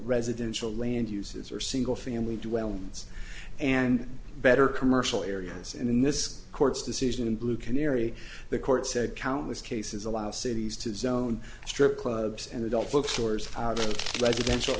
residential land uses or single family dwellings and better commercial areas and in this court's decision in blue canary the court said countless cases allow cities to zone strip clubs and adult bookstores out of residential